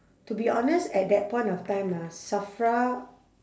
to be honest at that point of time ah safra